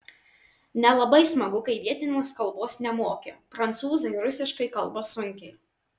nelabai smagu kai vietinės kalbos nemoki prancūzai rusiškai kalba sunkiai